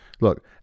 look